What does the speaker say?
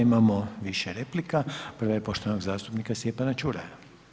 Imamo više replika, prva je poštovanog zastupnika Stjepana Čuraja.